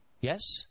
Yes